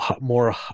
more